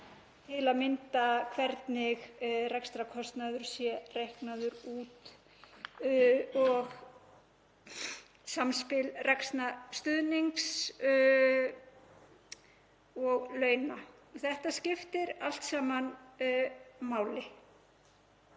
til að mynda hvernig rekstrarkostnaður sé reiknaður út og samspil rekstrarstuðnings og launa. Þetta skiptir allt saman máli